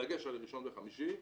בדגש על ראשון וחמישי.